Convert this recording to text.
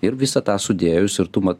ir visą tą sudėjus ir tu ma